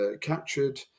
captured